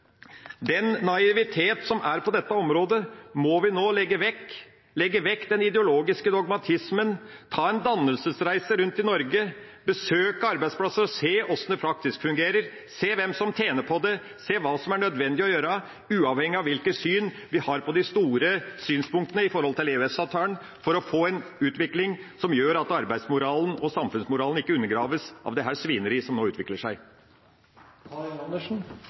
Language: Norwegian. må vi nå legge vekk. Vi må legge vekk den ideologiske dogmatismen og ta en dannelsesreise rundt i Norge, besøke arbeidsplasser og se hvordan det praktisk fungerer, se hvem som tjener på det, se hva som er nødvendig å gjøre – uavhengig av hvilket syn vi har på de store synspunktene med tanke på EØS-avtalen – for å få en utvikling som gjør at arbeidsmoralen og samfunnsmoralen ikke undergraves av dette svineriet som nå utvikler